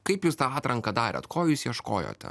kaip jūs tą atranką darėt ko jūs ieškojote